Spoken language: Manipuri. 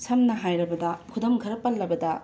ꯁꯝꯅ ꯍꯥꯏꯔꯕꯗ ꯈꯨꯗꯝ ꯈꯔ ꯄꯜꯂꯕꯗ